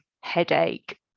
headache